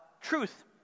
truth